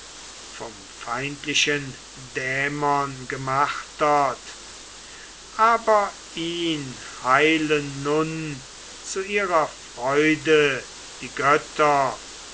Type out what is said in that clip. vom feindlichen dämon gemartert aber ihn heilen nun zu ihrer freude die götter